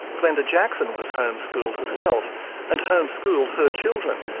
glenda jackson was homeschooled herself and homeschooled her children,